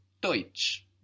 Deutsch